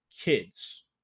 kids